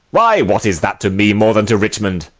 why, what is that to me more than to richmond?